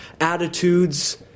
attitudes